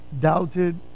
doubted